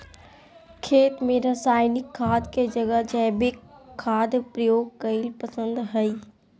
खेत में रासायनिक खाद के जगह जैविक खाद प्रयोग कईल पसंद हई